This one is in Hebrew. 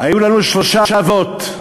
היו לנו שלושה אבות,